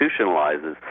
institutionalizes